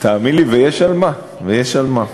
תאמין לי, יש על מה.